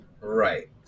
Right